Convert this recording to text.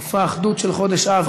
מופע אחדות של חודש אב.